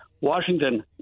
Washington